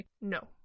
No